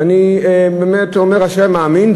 ואני באמת אומר: אשרי המאמין.